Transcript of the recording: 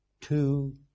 Two